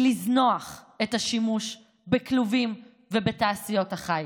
היא לזנוח את השימוש בכלובים בתעשיות החי,